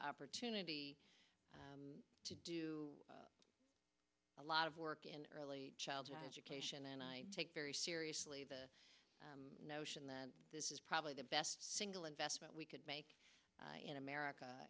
opportunity to do a lot of work in early childhood education and i take very seriously the notion that this is probably the best single investment we could make in america